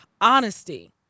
honesty